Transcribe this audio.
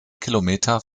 kilometer